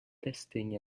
testing